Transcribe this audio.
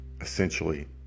essentially